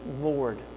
Lord